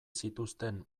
zituzten